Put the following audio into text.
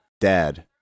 dad